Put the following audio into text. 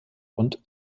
und